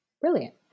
Brilliant